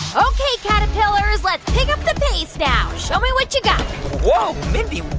ok, caterpillars. let's pick up the pace now. show me what you got whoa, mindy,